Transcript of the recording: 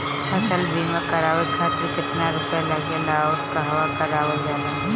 फसल बीमा करावे खातिर केतना रुपया लागेला अउर कहवा करावल जाला?